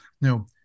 No